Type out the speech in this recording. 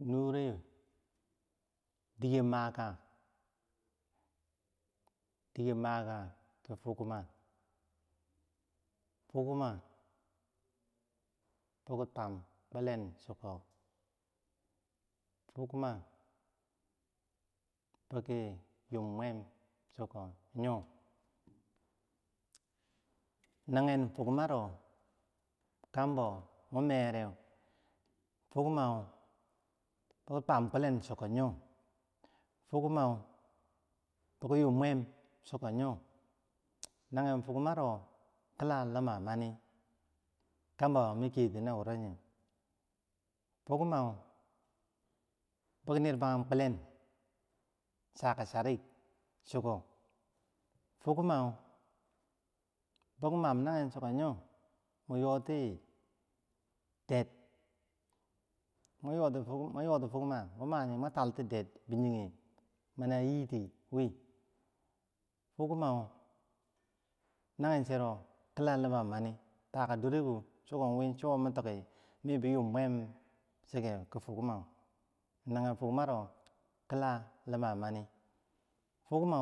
nureh diker maka diker maka to fo fukma, fukma biki twamkulan chiko, fukma bo ki yum mwamchiko yor, nager fukmaro kambo mun meyereu fukma, fukma boki yum mwam chiko yor, fukma boki twam kilen chiko yoh, nagen fukma kila lima mani, kam bo min kiyeh ti na wuro yeh fukma biki nimragum kuleng chaka chari chiko, fukma boki mam nagen chiko yoh nabi yoti der, munyorti fukma der monyorti fu monyorti fukma mun duwah muntalti der biniger mana yiti wi, fukma nagen chero kila lima mani twarka doreko chonyeu cho wo mitiki miki bi yum mwam ti chikeu, fukma nagen fukmarokila lima mani, fugma